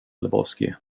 lebowski